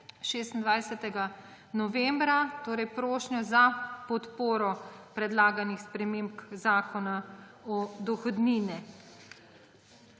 Slovenije, torej prošnjo za podporo predlaganim spremembam Zakona o dohodnini.